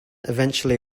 eventually